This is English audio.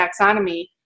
taxonomy